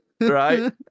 right